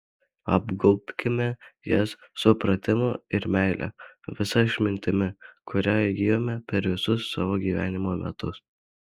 apgaubkime jas supratimu ir meile visa išmintimi kurią įgijome per visus savo gyvenimo metus